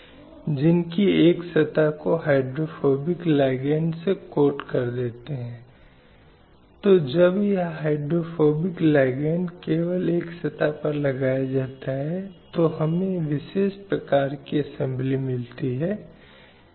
यह भी महत्वपूर्ण है कि भेदभाव के खिलाफ महिलाओं के प्रभावी संरक्षण को सुनिश्चित करने के लिए उचित संस्थाएँ होनी चाहिए जो कि बनी रहें या स्थापित हों